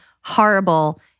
horrible